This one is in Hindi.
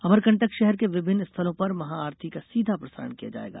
अमरकंटक शहर के विभिन्न स्थलों पर महाआरती का सीधा प्रसारण किया जाएगा